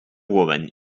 woman